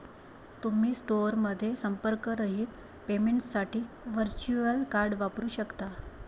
तुम्ही स्टोअरमध्ये संपर्करहित पेमेंटसाठी व्हर्च्युअल कार्ड वापरू शकता